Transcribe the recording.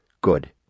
Good